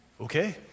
Okay